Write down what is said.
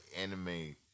anime